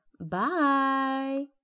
Bye